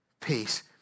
peace